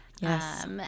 Yes